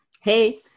Hey